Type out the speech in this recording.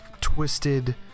twisted